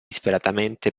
disperatamente